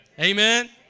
Amen